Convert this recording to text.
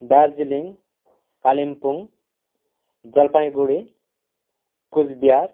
Darjeeling Kalimpong Jalpaiguri Cooch Behar